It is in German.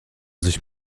sich